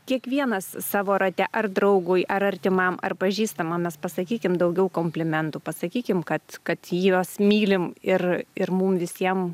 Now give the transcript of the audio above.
kiekvienas savo rate ar draugui ar artimam ar pažįstamam mes pasakykim daugiau komplimentų pasakykim kad kad juos mylim ir ir mum visiem